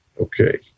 Okay